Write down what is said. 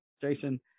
Jason